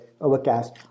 Overcast